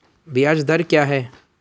ब्याज दर क्या है?